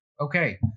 okay